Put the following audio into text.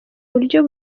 buryo